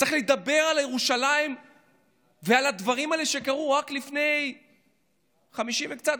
צריך לדבר על ירושלים ועל הדברים האלה שקרו רק לפני 50 וקצת,